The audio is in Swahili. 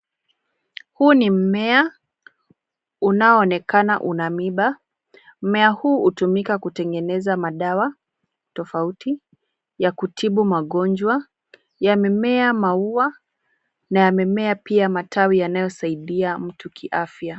Huu ni mmea unaonekana una miba. Mmea huu hutumika kutengeneza madawa tofauti ya kutibu magonjwa. Yamemea maua na yamemea pia matawi yanayosaidia mtu kiafya.